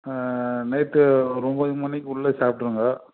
ஆ night ஒரு ஒம்போது மணிக்குள்ளே சாப்பிட்ருங்க